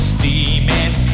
Steaming